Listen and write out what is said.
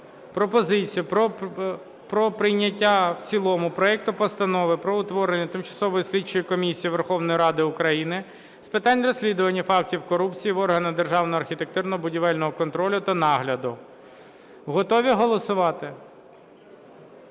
Шановні колеги! Проект Постанови про утворення Тимчасової слідчої комісії Верховної Ради України з питань розслідування фактів корупції в органах державного архітектурно-будівельного контролю та нагляду. Пропонується